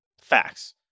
Facts